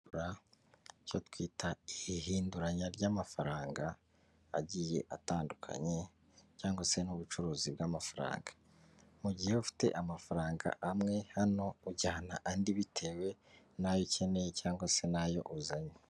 Icyo twita ihinduranya ry'amafaranga, agiye atandukanye, cyangwa se nk'ubucuruzi bw'amafaranga. Mu gihe ufite amafaranga amwe hano, ujyana andi bitewe n'ayo ukeneye cyangwa se n'ayo uzanye.